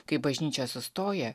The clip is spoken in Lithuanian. kai bažnyčia sustoja